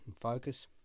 focus